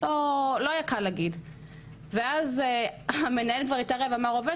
לא היה לה קל להגיד ואז כבר המנהל התערב ואמר "..עובד